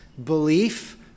belief